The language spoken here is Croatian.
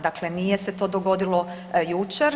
Dakle, nije se to dogodilo jučer.